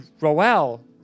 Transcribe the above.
Roel